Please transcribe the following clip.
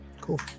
Cool